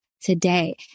today